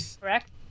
correct